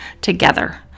together